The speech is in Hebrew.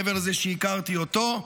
מעבר לזה שהכרתי אותו,